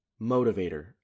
motivator